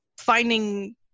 finding